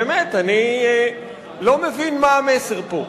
באמת, אני לא מבין מה המסר פה.